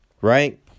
right